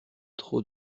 trop